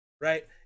right